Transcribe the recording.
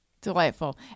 Delightful